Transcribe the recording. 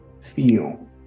feel